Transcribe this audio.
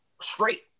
straight